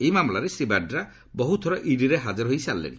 ଏହି ମାମଲାରେ ଶ୍ରୀ ବାଡ୍ରା ବହୁଥର ଇଡିରେ ହାଜର ହୋଇଛନ୍ତି